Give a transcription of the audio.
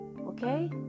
Okay